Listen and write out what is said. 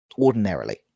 Ordinarily